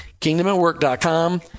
Kingdomatwork.com